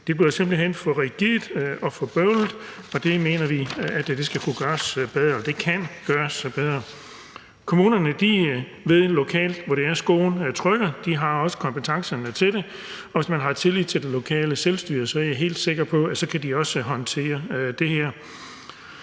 Det bliver simpelt hen for rigidt og for bøvlet, og det mener vi skal kunne gøres bedre, og det kan gøres bedre. Kommunerne ved, hvor det er, skoen lokalt trykker, og de har også kompetencerne til det, og hvis man har tillid til det lokale selvstyre, er jeg også helt sikker på, at de kan håndtere det her.